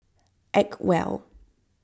Acwell